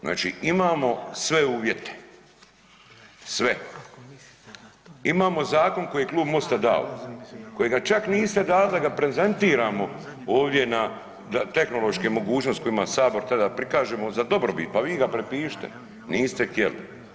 Znači imamo sve uvjete, sve, imamo zakon koji je klub Mosta dao kojega čak niste dali da ga prezentiramo ovdje tehnološke mogućnosti koje ima Sabor tada prikažemo za dobrobit pa vi ga prepišite, niste htjeli.